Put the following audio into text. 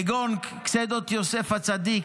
כגון קצידות יוסף הצדיק,